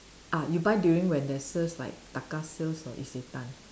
ah you buy during when there's sales like Taka sales or Isetan